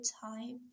time